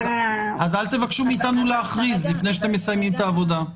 אל תבקשו מאתנו להכריז לפני שאתם מסיימים את העבודה.